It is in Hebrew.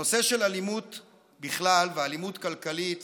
הנושא של אלימות בכלל, ואלימות כלכלית